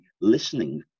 listening